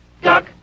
Duck